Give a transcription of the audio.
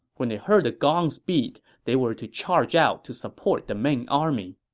when they heard the gongs beat, they were to charge out to support the main army